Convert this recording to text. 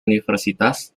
universitas